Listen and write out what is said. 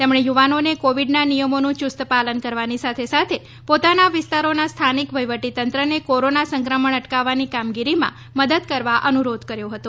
તેમણે યુવાનોને કોવિડના નિયમોનું યુસ્ત પાલન કરવાની સાથે સાથે પોતાના વિસ્તારોનાં સ્થાનિક વહીવટી તંત્રને કોરોના સંક્રમણ અટકાવવાની કામગીરીમાં મદદ કરવા અનુરોધ કર્યો હતો